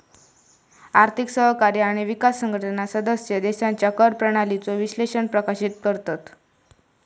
आर्थिक सहकार्य आणि विकास संघटना सदस्य देशांच्या कर प्रणालीचो विश्लेषण प्रकाशित करतत